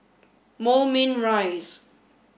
Moulmein Rise